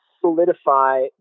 solidify